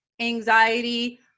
anxiety